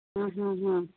ಹ್ಞೂ ಹ್ಞೂ ಹ್ಞೂ